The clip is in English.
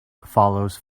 follows